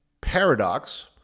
paradox